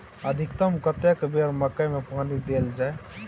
अधिकतम कतेक बेर मकई मे पानी देल जाय?